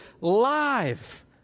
live